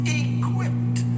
equipped